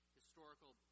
historical